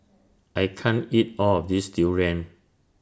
I can't eat All of This Durian